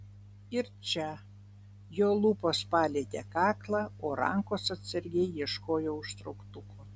ir čia jo lūpos palietė kaklą o ranka atsargiai ieškojo užtrauktuko